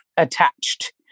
attached